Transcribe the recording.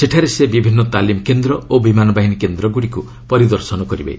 ସେଠାରେ ସେ ବିଭିନ୍ନ ତାଲିମ୍ କେନ୍ଦ୍ର ଓ ବିମାନ ବାହିନୀ କେନ୍ଦ୍ରଗୁଡ଼ିକୁ ପରିଦର୍ଶନ କରିବେ